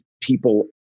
people